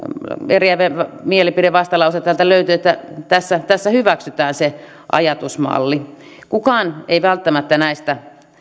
eriävä mielipide vastalause täältä löytyy että tässä tässä hyväksytään se ajatusmalli kukaan ei välttämättä näistä